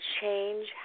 change